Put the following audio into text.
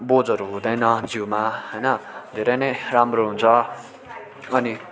बोझहरू हुँदैन जिउमा होइन धेरै नै राम्रो हुन्छ अनि